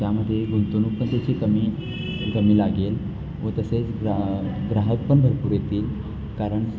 त्यामध्ये गुंतवणूक पण त्याची कमी कमी लागेल व तसेच ग्रा ग्राहक पण भरपूर येतील कारण